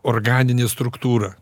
organinė struktūra